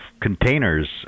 containers